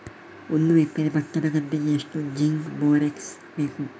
ಒಂದು ಎಕರೆ ಭತ್ತದ ಗದ್ದೆಗೆ ಎಷ್ಟು ಜಿಂಕ್ ಬೋರೆಕ್ಸ್ ಬೇಕು?